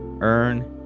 Earn